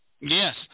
Yes